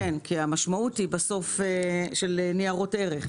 כי המשמעות היא בסוף של ניירות ערך.